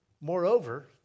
Moreover